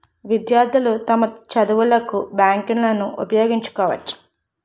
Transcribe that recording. విద్యార్థులు తమ చదువులకు బ్యాంకులను ఉపయోగించుకోవచ్చు